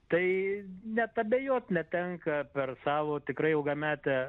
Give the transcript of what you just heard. tai net abejot netenka per savo tikrai ilgametę